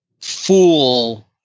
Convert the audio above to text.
fool